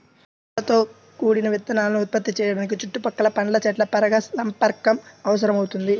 పండ్లతో కూడిన విత్తనాలను ఉత్పత్తి చేయడానికి చుట్టుపక్కల పండ్ల చెట్ల పరాగసంపర్కం అవసరమవుతుంది